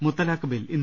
മുത്തലാഖ് bill ഇന്ന്